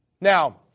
Now